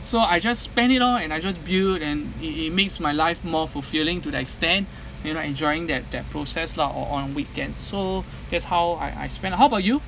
so I just spend it all and I just build and it it makes my life more fulfilling to the extent you know enjoying that that process lah or on weekends so that's how I I spend how about you